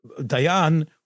Dayan